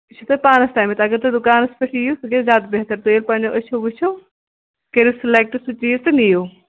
یہِ چھُ تۄہہِ پانَس تامَتھ اگر تُہی دُکانَس پٮ۪ٹھ یِیِو سُہ گژھِ زیادٕ بہتر تُہۍ ییٚلہِ پنٛنیو أچھو وٕچھِو کٔرِو سِلیکٹ سُہ چیٖز تہٕ نِیِو